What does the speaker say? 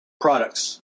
products